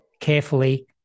carefully